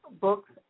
Books